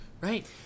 Right